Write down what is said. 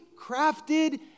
crafted